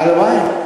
הלוואי.